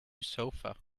sofa